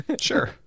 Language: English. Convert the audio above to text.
sure